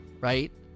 right